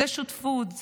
זו שותפות.